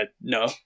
no